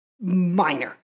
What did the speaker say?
minor